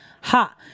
Ha